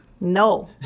No